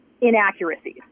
inaccuracies